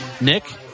Nick